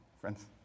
friends